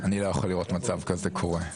אני לא יכול לראות מצב כזה קורה.